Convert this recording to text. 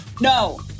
no